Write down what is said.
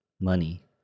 money